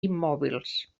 immòbils